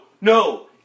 no